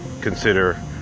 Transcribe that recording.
consider